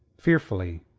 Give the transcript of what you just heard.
fearfully,